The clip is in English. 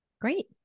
Great